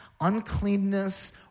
uncleanness